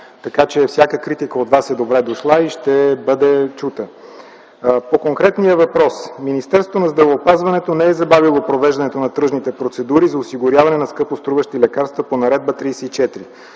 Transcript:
така че всяка критика от вас е добре дошла и ще бъде чута. По конкретния въпрос. Министерството на здравеопазването не е забавило провеждането на тръжните процедури за осигуряване на скъпоструващи лекарства по Наредба № 34.